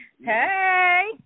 hey